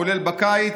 כולל בקיץ.